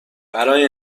برای